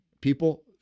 people